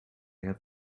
have